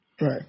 Right